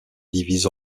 divisent